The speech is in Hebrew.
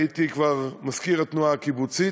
הייתי כבר מזכיר התנועה הקיבוצית.